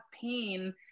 pain